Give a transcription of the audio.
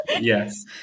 Yes